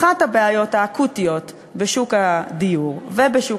אחת הבעיות האקוטיות בשוק הדיור ובשוק